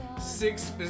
six